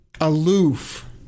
aloof